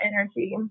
energy